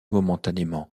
momentanément